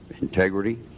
integrity